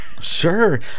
sure